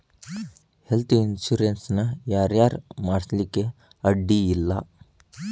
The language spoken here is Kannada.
ಹೆಲ್ತ್ ಇನ್ಸುರೆನ್ಸ್ ನ ಯಾರ್ ಯಾರ್ ಮಾಡ್ಸ್ಲಿಕ್ಕೆ ಅಡ್ಡಿ ಇಲ್ಲಾ?